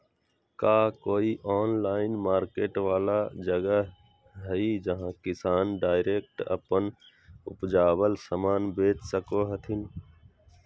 का कोई online market वाला जगह हइ जहां किसान डायरेक्ट अप्पन उपजावल समान बेच सको हथीन?